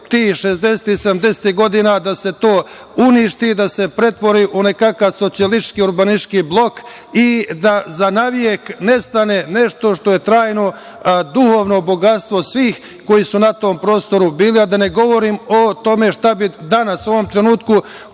tih 60-ih, 70-ih godina da se to uništi i da se pretvori u nekakav socijalistički, urbanistički blok, i da za navek nestane nešto što je trajno duhovno bogatstvo svih koji su na tom prostoru bili, a da ne govorim o tome šta bi danas u ovom trenutku